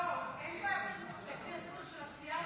אין בעיה, פשוט מסתייגים לפי הסדר של הסיעה.